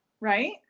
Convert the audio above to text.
right